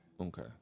Okay